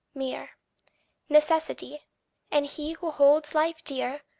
mere necessity and he who holds life dear,